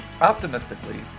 Optimistically